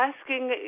asking